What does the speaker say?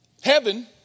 Heaven